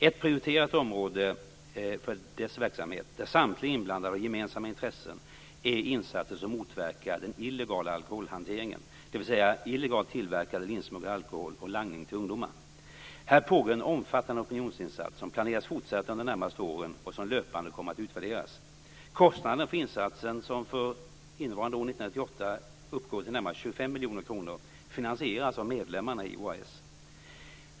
Ett prioriterat område för dess verksamhet där samtliga inblandade har gemensamma intressen är insatser som motverkar den illegala alkoholhanteringen, dvs. illegalt tillverkad eller insmugglad alkohol och langning till ungdomar. Här pågår en omfattande opinionsinsats som planeras fortsätta under de närmaste åren och som löpande kommer att utvärderas. Kostnaden för insatsen, som för år 1998 uppgår till närmare 25 miljoner kronor, finansieras av medlemmarna i OAS.